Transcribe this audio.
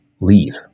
leave